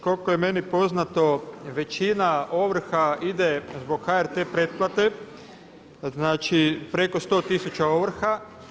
Koliko je meni poznato većina ovrha ide zbog HRT pretplate, znači preko 100 tisuća ovrha.